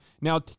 Now